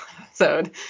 episode